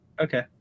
Okay